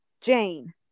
Jane